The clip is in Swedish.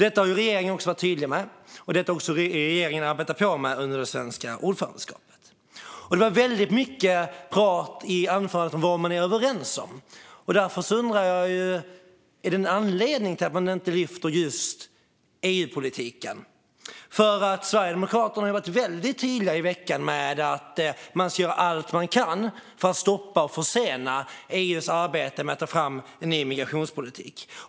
Detta har regeringen också varit tydlig med, och detta har också regeringen arbetat för under det svenska ordförandeskapet. Det var väldigt mycket rart i anförandet om vad man är överens om. Därför undrar jag: Finns det någon anledning till att man inte lyfter just EU-politiken? Sverigedemokraterna har ju nu i veckan varit väldigt tydliga med att man ska göra allt man kan för att stoppa och försena EU:s arbete med att ta fram en ny migrationspolitik.